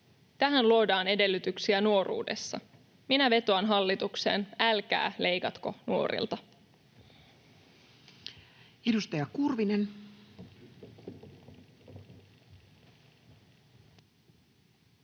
Tähän luodaan edellytyksiä nuoruudessa. Minä vetoan hallitukseen: älkää leikatko nuorilta. Edustaja Kurvinen.